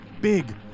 big